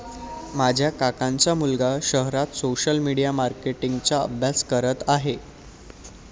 माझ्या काकांचा मुलगा शहरात सोशल मीडिया मार्केटिंग चा अभ्यास करत आहे